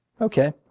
Okay